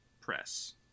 press